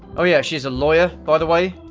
oh yeah, she's a lawyer, by the way.